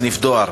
סניף דואר.